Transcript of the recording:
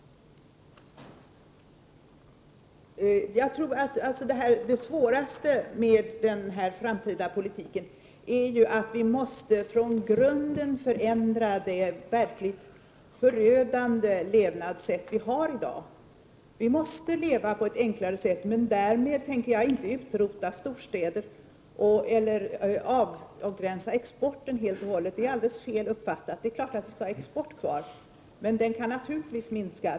Jag tror att det svåraste med den här framtida politiken är att vi från grunden måste förändra det verkligt förödande levnadssätt som vi har i dag. Vi måste leva på ett enklare sätt. Men därmed tänker jag inte utrota storstäder eller helt och hållet avgränsa exporten — det är alldeles fel uppfattat. Det är klart att vi skall ha kvar export, men den kan naturligtvis minska.